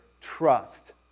trust